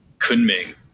Kunming